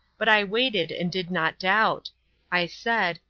but i waited and did not doubt i said,